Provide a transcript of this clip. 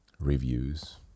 Reviews